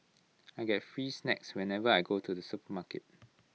I get free snacks whenever I go to the supermarket